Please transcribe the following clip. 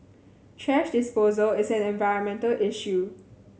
thrash disposal is an environmental issue